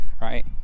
right